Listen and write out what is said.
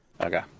Okay